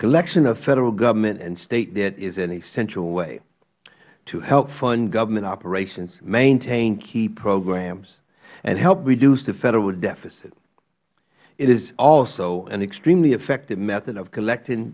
collection of federal government and state debt is an essential way to help fund government operations maintain key programs and help reduce the federal deficit it is also an extremely effective method of collecting